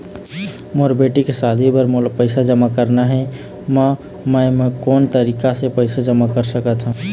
मोर बेटी के शादी बर मोला पैसा जमा करना हे, म मैं कोन तरीका से पैसा जमा कर सकत ह?